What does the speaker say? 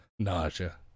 Nausea